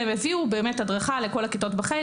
והם הביאו באמת הדרכה לכל הכיתות בחדר.